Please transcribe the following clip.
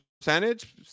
percentage